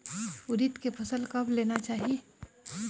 उरीद के फसल कब लेना चाही?